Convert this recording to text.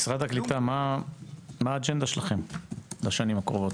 שרד הקליטה מה האג'נדה שלכם בשנים הקרובות?